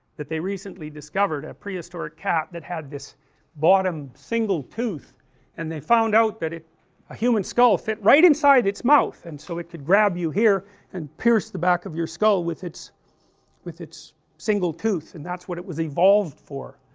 that they recently discovered, a prehistoric cat that had this bottom single tooth and they found out that it a human skull fit right inside it's mouth and so it could grab you here and pierce the back of your skull with it's with it's single tooth, and that is what it was evolved for,